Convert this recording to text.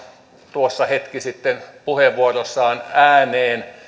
tuossa hetki sitten puheenvuorossaan ääneen